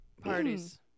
parties